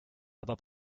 aber